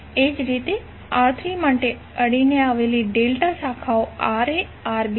એ જ રીતે R3 માટે અડીને આવેલી ડેલ્ટા શાખાઓ RaRb છે